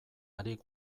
ari